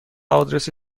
آدرس